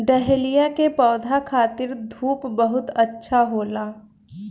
dahlia के पौधा खातिर धूप बहुत अच्छा होला